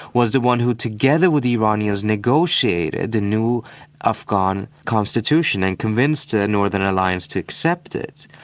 was the one who together with the iranians negotiated the new afghan constitution and convinced the northern alliance to accept it.